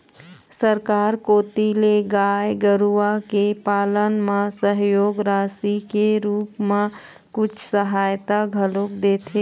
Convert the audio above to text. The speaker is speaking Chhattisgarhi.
सरकार कोती ले गाय गरुवा के पालन म सहयोग राशि के रुप म कुछ सहायता घलोक देथे